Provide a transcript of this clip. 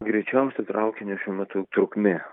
greičiausio traukinio šiuo metu trukmė